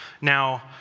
Now